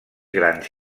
grans